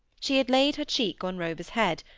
she had laid her cheek on rover's head,